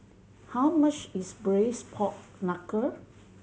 how much is Braised Pork Knuckle